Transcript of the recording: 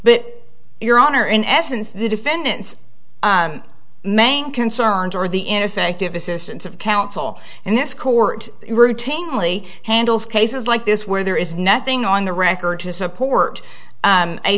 but your honor in essence the defendant's main concerns are the ineffective assistance of counsel and this court routinely handles cases like this where there is nothing on the record to support